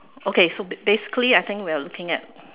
okay so ba~ basically I think we're looking at